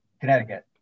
Connecticut